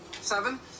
Seven